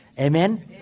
Amen